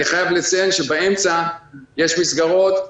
אני חייב לציין שבאמצע יש מסגרות,